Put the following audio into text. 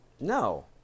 No